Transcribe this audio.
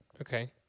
Okay